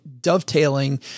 dovetailing